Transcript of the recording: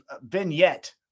vignette